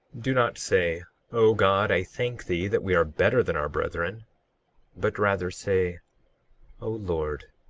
do not say o god, i thank thee that we are better than our brethren but rather say o lord,